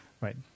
Right